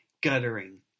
guttering